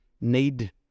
need